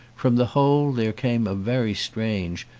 from the hole there came a very strange,